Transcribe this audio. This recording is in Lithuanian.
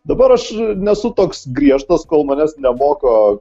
dabar aš nesu toks griežtas kol manęs nemoko